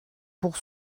pour